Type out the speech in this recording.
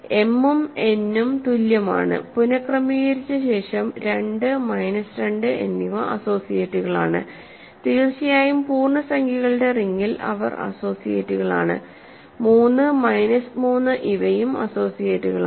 m ഉം n ഉം തുല്യമാണ്പുനക്രമീകരിച്ച ശേഷം 2 മൈനസ് 2 എന്നിവ അസോസിയേറ്റുകളാണ് തീർച്ചയായും പൂർണ്ണസംഖ്യകളുടെ റിങ്ങിൽ അവർ അസോസിയേറ്റുകളാണ് 3 മൈനസ് 3 ഇവയും അസോസിയേറ്റുകളാണ്